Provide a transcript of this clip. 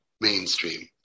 mainstream